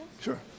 Sure